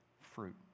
fruit